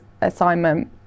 assignment